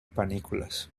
panículas